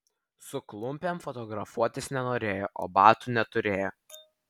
su klumpėm fotografuotis nenorėjo o batų neturėjo